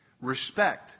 respect